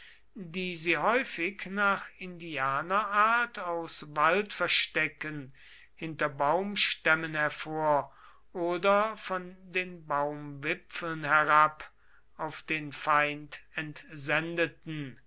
die sie häufig nach indianerart aus waldverstecken hinter baumstämmen hervor oder von den baumwipfeln herab auf den feind entsendeten